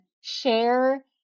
share